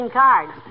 cards